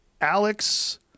Alex